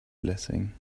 blessing